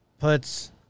puts